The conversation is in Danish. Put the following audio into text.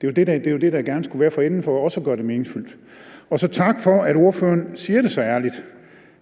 Det er jo det, der gerne skulle være for enden for også at gøre det meningsfuldt. Tak også for, at ordføreren siger det så ærligt,